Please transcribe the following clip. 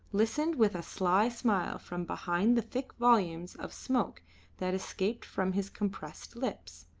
listened with a sly smile from behind the thick volumes of smoke that escaped from his compressed lips.